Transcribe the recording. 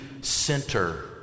center